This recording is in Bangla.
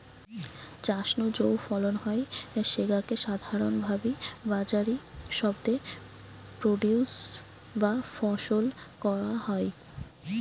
চাষ নু যৌ ফলন হয় স্যাগা কে সাধারণভাবি বাজারি শব্দে প্রোডিউস বা ফসল কয়া হয়